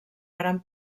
gran